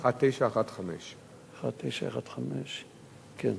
1915. אדוני היושב-ראש, תודה,